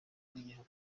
rw’igihugu